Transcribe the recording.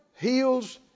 heals